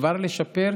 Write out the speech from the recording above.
כבר לשפר,